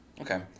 Okay